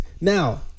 Now